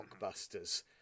Blockbusters